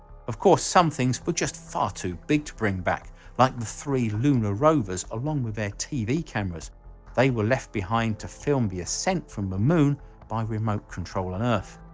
of course some things were but just far too big to bring back like the three lunar rovers along with their tv cameras they were left behind to film the ascent from a moon by remote control on earth.